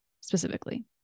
specifically